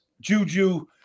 Juju